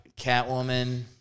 Catwoman